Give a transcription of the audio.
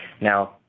Now